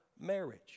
marriage